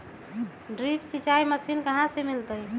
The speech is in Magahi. ड्रिप सिंचाई मशीन कहाँ से मिलतै?